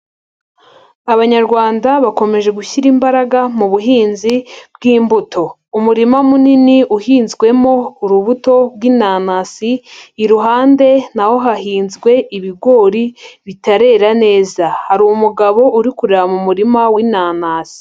Abanyarwanda bakomeje gushyira imbaraga mu buhinzi bw'imbuto. Umurima munini uhinzwemo urubuto bw'inanasi, iruhande nahowo hahinzwe ibigori bitarera neza. Hari umugabo uri kureba mu murima w'inanasi.